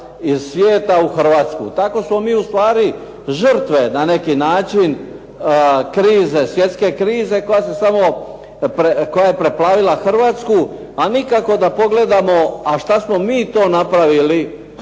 iz svijeta u Hrvatsku. Tako smo mi u stvari žrtve na neki način krize, svjetske krize koja se samo, koja je preplavila Hrvatsku, a nikako da pogledamo a što smo mi to napravili da se